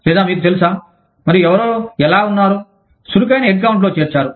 లేదా మీకు తెలుసా మరియు ఎవరో ఎలా ఉన్నారు చురుకైన హెడ్కౌంట్లో చేర్చారు